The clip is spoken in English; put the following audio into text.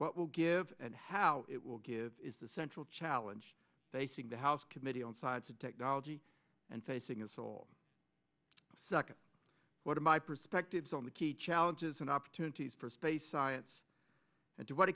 what will give and how it will give is the central challenge facing the house committee on science and technology and facing us all second what are my perspectives on the key challenges and opportunities for space science and to what